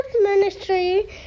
Ministry